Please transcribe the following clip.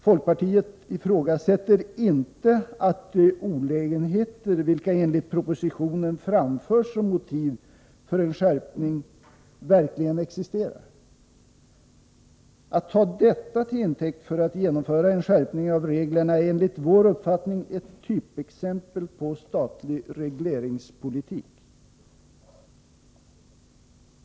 Folkpartiet ifrågasätter inte att de olägenheter vilka enligt propositionen framförs som motiv för en skärpning verkligen existerar. Att ta detta till intäkt för att genomföra en skärpning av reglerna är enligt vår uppfattning ett typexempel på statlig regleringspolitik.